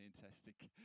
fantastic